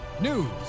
news